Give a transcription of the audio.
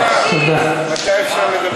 על הקשישים,